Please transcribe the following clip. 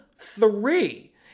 three